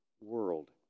world